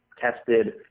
tested